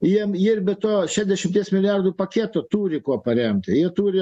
jiem jie ir be to šešiasdešimties milijardų paketo turi kuo paremt jie turi